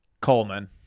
coleman